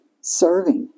serving